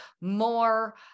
more